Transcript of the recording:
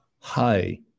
Hi